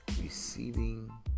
receiving